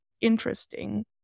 interesting